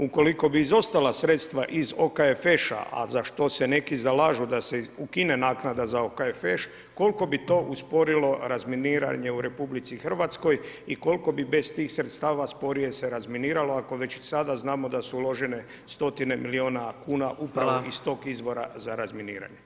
Ukoliko bi izostala sredstva iz OKFŠ-a, a za što se neki zalažu da se ukine naknada za OKFŠ, koliko bi to usporilo razminiranje u RH i koliko bi bez tih sredstava sporije se razminiralo, ako već i sada znamo da su uložene stotine milijuna kuna upravo iz tog izvora za razminiranje?